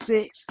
Six